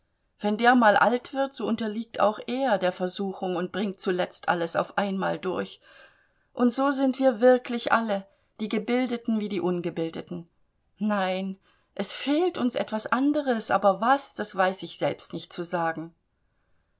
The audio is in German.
wenn der mal alt wird so unterliegt auch er der versuchung und bringt zuletzt alles auf einmal durch und so sind wir wirklich alle die gebildeten wie die ungebildeten nein es fehlt uns etwas anderes aber was das weiß ich selbst nicht zu sagen